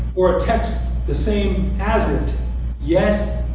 or a text the same as it yes,